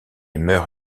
meurt